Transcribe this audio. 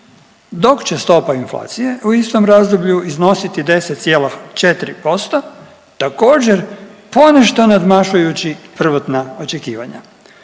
dok će stopa inflacije u istom razdoblju iznositi 10,4% također ponešto nadmašujući prvotna očekivanja“.